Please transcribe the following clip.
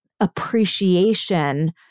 appreciation